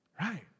Right